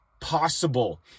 possible